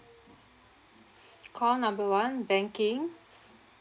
call number one banking